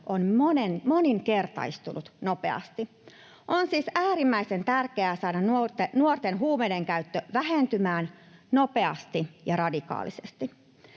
on moninkertaistunut nopeasti. On siis äärimmäisen tärkeää saada nuorten huumeidenkäyttö vähentymään nopeasti ja radikaalisesti.